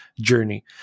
journey